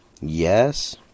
yes